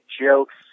jokes